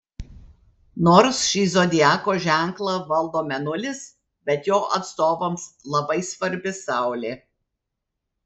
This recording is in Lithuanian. nors šį zodiako ženklą valdo mėnulis bet jo atstovams labai svarbi saulė